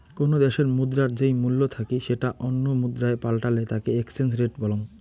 কোনো দ্যাশের মুদ্রার যেই মূল্য থাকি সেটা অন্য মুদ্রায় পাল্টালে তাকে এক্সচেঞ্জ রেট বলং